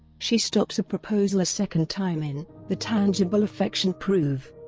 she stops a proposal a second time in the tangible affection proof.